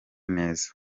neza